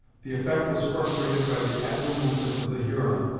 the effect was frustrated by the agile movements of the huron,